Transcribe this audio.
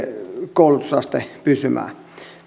koulutusaste pysymään